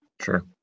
Sure